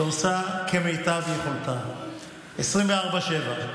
שעושה כמיטב יכולתה, 24/7,